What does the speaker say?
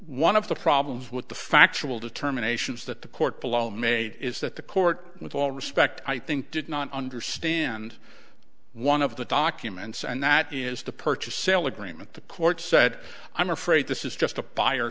one of the problems with the factual determination is that the court below made is that the court with all respect i think did not understand one of the documents and that is the purchase sale agreement the court said i'm afraid this is just a buy